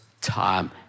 time